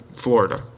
Florida